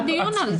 היה דיון על זה.